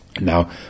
Now